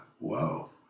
whoa